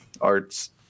arts